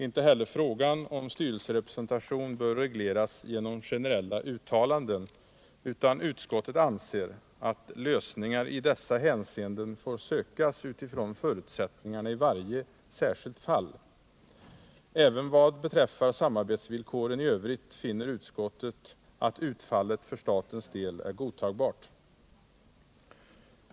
Inte heller frågan om styrelserepresentation bör regleras genom generella uttalanden, utan utskottet anser att lösningar i dessa hänseenden får sökas utifrån förutsättningarna i varje särskilt fall. Även vad beträffar samarbetsvillkoren i övrigt finner utskottet att utfallet för statens del är godtagbart.